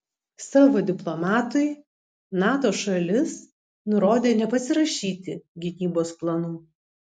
savo diplomatui nato šalis nurodė nepasirašyti gynybos planų